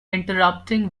interrupting